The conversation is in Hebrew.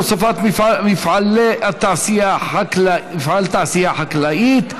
הוספת מפעלי תעשייה חקלאית),